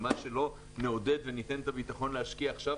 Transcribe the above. אם לא נעודד וניתן ביטחון להשקיע עכשיו,